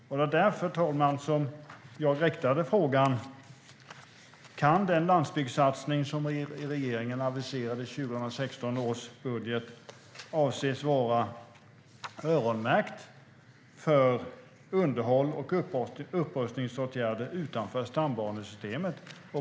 Det var därför, herr talman, jag ställde frågan: Kan den landsbygdssatsning som regeringen aviserade i 2016 års budget anses vara öronmärkt för underhåll och upprustningsåtgärder utanför stambanesystemet?